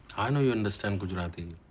i know you understand gujarati.